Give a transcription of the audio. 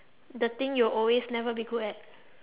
the thing you'll always never be good at